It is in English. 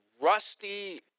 rusty